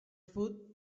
food